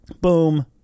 Boom